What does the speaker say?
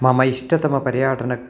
मम इष्टतमपर्यटनं